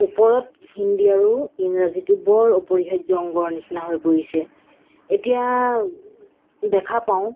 ওপৰত হিন্দী আৰু ইংৰাজীটো বৰ অপৰিহাৰ্য অংগৰ নিচিনা হৈ পৰিছে এতিয়া দেখা পাওঁ